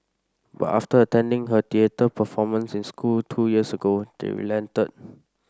but after attending her theatre performance in school two years ago they relented